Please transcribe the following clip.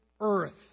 earth